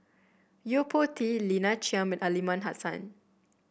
Yo Po Tee Lina Chiam and Aliman Hassan